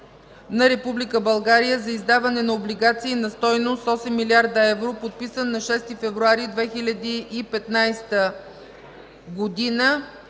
България за издаване на облигации на стойност 8 млрд. евро, подписан на 6 февруари 2015 г.